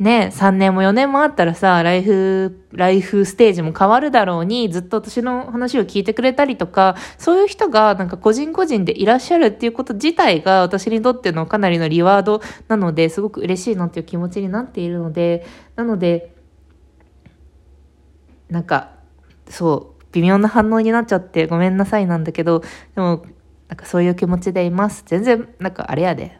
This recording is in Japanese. ね、三年も四年もあったらさ、ライフ- ライフステージも変わるだろうに、ずっと私の話を聞いてくれたりとか、そういう人がなんか個人個人でいらっしゃるっていうこと自体が私にとってのかなりのリワードなので、すごく嬉しいなっていう気持ちになっているので、なので、なんか、そう、微妙な反応になっちゃってごめんなさいなんだけど、でも、なんかそういう気持ちでいます。全然、なんかあれやで。